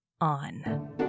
on